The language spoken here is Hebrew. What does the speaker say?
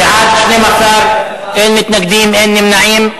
13, אין מתנגדים ואין נמנעים.